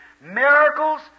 Miracles